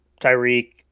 Tyreek